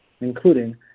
including